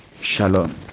Shalom